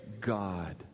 God